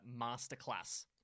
Masterclass